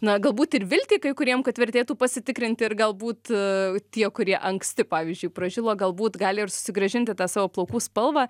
na galbūt ir viltį kai kuriem kad vertėtų pasitikrinti ir galbūt tie kurie anksti pavyzdžiui pražilo galbūt gali ir susigrąžinti tą savo plaukų spalvą